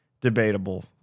Debatable